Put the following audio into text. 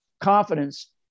confidence